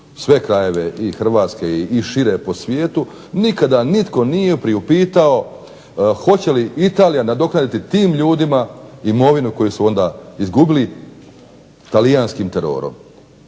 sve krajeve i Hrvatske i šire po svijetu nikada nitko nije priupitao hoće li Italija nadoknaditi tim ljudima imovinu koju su onda izgubili talijanskim terorom.